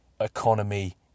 economy